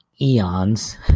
eons